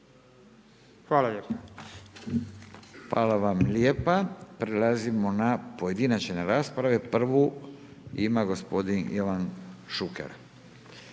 (Nezavisni)** Hvala vam lijepa. Prelazimo na pojedinačne rasprave. Prvu ima gospodin Ivan Šuker.